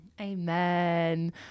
amen